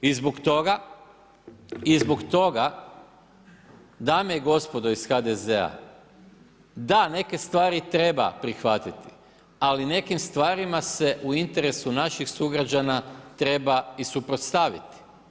I zbog toga dame i gospodo iz HDZ-a da neke stvari treba prihvatiti, ali nekim stvarima se u interesu naših sugrađana treba i suprotstaviti.